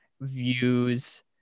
views